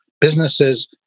businesses